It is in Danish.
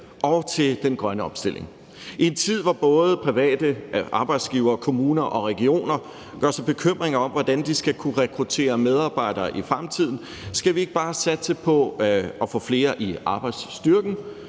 og til den grønne omstilling. I en tid, hvor både private arbejdsgivere, kommuner og regioner gør sig bekymringer om, hvordan de skal kunne rekruttere medarbejdere i fremtiden, skal vi ikke bare satse på at få flere i arbejdsstyrken,